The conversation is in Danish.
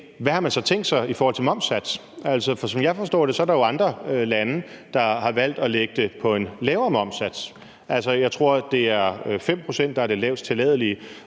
hvad har man så tænkt sig i forhold til momssatsen? Som jeg forstår det, er der jo andre lande, der har valgt at lægge det på en lavere momssats. Jeg tror, det er 5 pct., der er det lavest tilladelige,